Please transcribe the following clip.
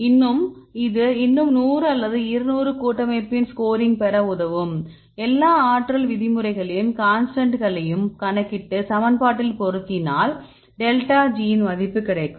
இது இன்னும் 100 அல்லது 200 கூட்டமைப்பின் ஸ்கோரிங் பெற உதவும் எல்லா ஆற்றல் விதிமுறைகளையும் கான்ஸ்டன்ட்களையும் கணக்கிட்டு சமன்பாட்டில் பொருத்தினால் டெல்டா ஜியின் மதிப்பு கிடைக்கும்